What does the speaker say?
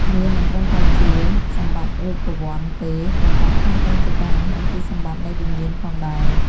មាសមិនត្រឹមតែជាសម្បត្តិរូបវន្តទេ ប៉ុន្តែថែមទាំងជាការបង្ហាញពីសម្បត្តិនៃវិញ្ញាណផងដែរ។